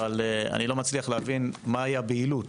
אבל אני לא מצליח להבין מהי הבהילות.